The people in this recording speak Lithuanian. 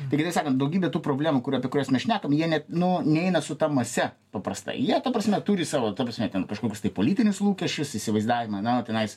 tai kitaip sakant daugybė tų problemų kurių apie kurias mes šnekam jie net nu neina su ta mase paprastai jie ta prasme turi savo ta prasme ten kažkokius tai politinius lūkesčius įsivaizdavimą na tenais